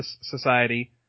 Society